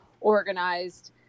organized